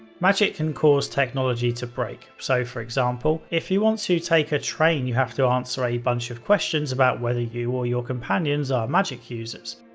magick can cause technology to break, so for example, if you want to take a train you have to answer a bunch of questions about whether you or your companions are magick users.